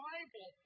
Bible